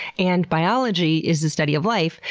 and biology is the study of life.